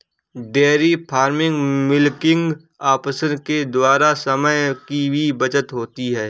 dairy farming milking operation के द्वारा समय की भी बचत होती है